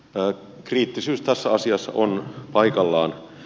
kriittisyys tässä asiassa on paikallaan